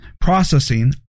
processing